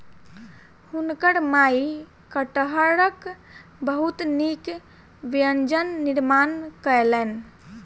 हुनकर माई कटहरक बहुत नीक व्यंजन निर्माण कयलैन